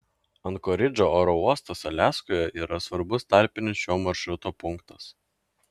ankoridžo oro uostas aliaskoje yra svarbus tarpinis šio maršruto punktas